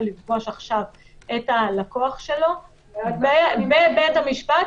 לפגוש עכשיו את הלקוח שלו בבית המשפט,